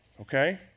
okay